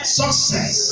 success